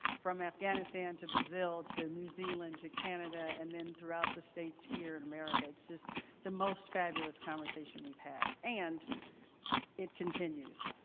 from afghanistan to brazil to new zealand to canada and then throughout the states here in america. it's just the most fabulous conversation we've had and it continues.